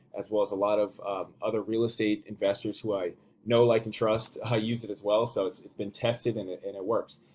as well as a lot of other real estate investors who i know, like and trust use it as well. so it's it's been tested and it and it works.